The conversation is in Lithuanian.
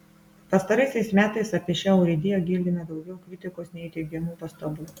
pastaraisiais metais apie šią urėdiją girdime daugiau kritikos nei teigiamų pastabų